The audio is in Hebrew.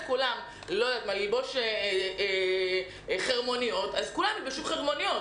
כולם ללבוש חרמוניות אז כולם ילבשו חרמוניות,